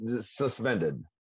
suspended